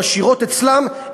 משאירות אצלן,